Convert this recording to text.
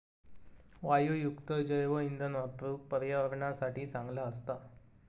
वायूयुक्त जैवइंधन वापरुक पर्यावरणासाठी चांगला असता